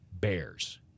bears